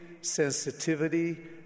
sensitivity